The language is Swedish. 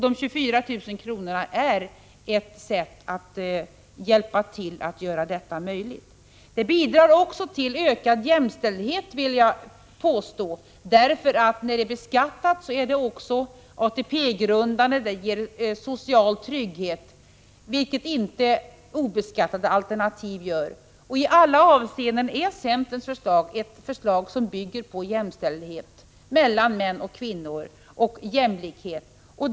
De 24 000 kronorna är ett sätt att hjälpa till att göra detta möjligt. Det bidrar också till ökad jämställdhet, vill jag påstå, därför att när ersättningen är beskattad är den också ATP-grundande. Det ger social trygghet, vilket inte obeskattade alternativ gör. I alla avseenden är centerns förslag ett förslag som bygger på jämställdhet mellan män och kvinnor och på jämlikhet.